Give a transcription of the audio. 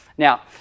Now